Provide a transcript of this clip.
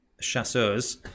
chasseurs